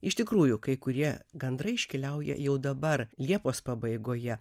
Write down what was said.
iš tikrųjų kai kurie gandrai iškeliauja jau dabar liepos pabaigoje